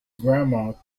grandma